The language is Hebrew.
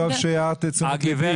טוב שהערת את תשומת ליבי,